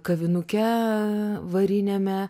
kavinuke variniame